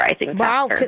Wow